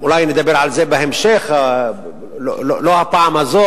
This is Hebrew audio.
שאולי נדבר עליהן בהמשך, אבל לא הפעם הזאת.